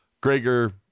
Gregor